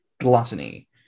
gluttony